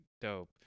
dope